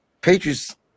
Patriots